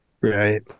Right